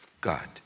God